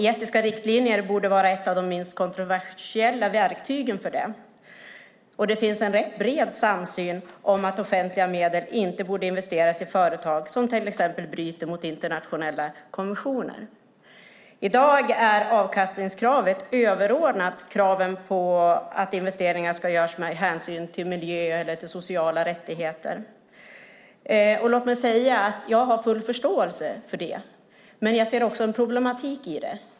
Etiska riktlinjer borde vara ett av de minst kontroversiella verktygen för det. Det finns en rätt bred samsyn om att offentliga medel inte borde investeras i företag som till exempel bryter mot internationella konventioner. I dag är avkastningskravet överordnat kraven på att investeringar ska göras med hänsyn till miljö eller sociala rättigheter. Låt mig säga att jag har full förståelse för det. Men jag ser också en problematik i det.